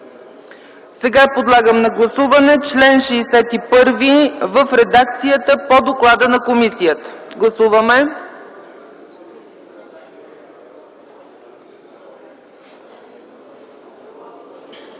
Подлагам на гласуване чл. 61 в редакцията по доклада на комисията. Гласували